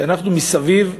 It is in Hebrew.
שאנחנו מסביב,